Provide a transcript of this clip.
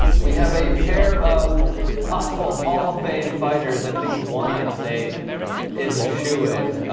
we have a hair of possible whole famed fighters at least one i'd say is issue and ah.